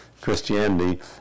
Christianity